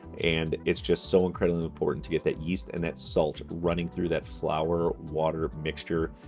and it's just so incredibly important to get that yeast and that salt running through that flour-water mixture.